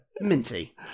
Minty